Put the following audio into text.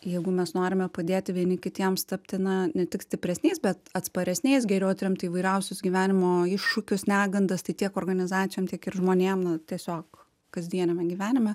jeigu mes norime padėti vieni kitiems tapti na ne tik stipresniais bet atsparesniais geriau atremti įvairiausius gyvenimo iššūkius negandas tai tiek organizacijom tiek ir žmonėm nu tiesiog kasdieniame gyvenime